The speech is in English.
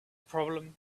problem